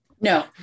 No